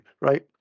right